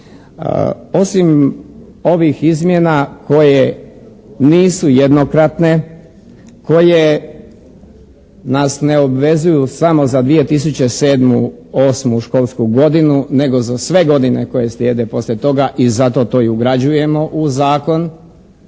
Osim ovih izmjena koje nisu jednokratne, koje nas ne obvezuju samo za 2007./2008. školsku godinu nego za sve godine koje slijede poslije toga i zato to i ugrađujemo u zakon.